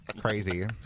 crazy